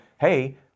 hey